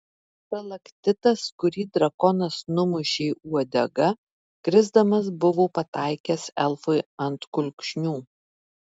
stalaktitas kurį drakonas numušė uodega krisdamas buvo pataikęs elfui ant kulkšnių